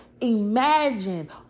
imagine